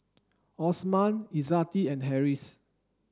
Osman Izzati and Harris